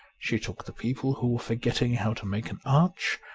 she took the people who were forgetting how to make an arch,